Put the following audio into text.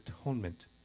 atonement